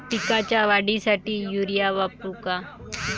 पिकाच्या वाढीसाठी युरिया वापरू का?